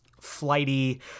flighty